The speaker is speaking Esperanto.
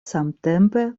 samtempe